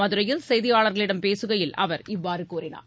மதுரையில் செய்தியாளர்களிடம் பேசுகையில் அவர் இவ்வாறுகூறினார்